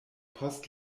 post